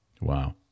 Wow